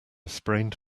sprained